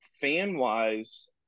fan-wise